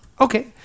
Okay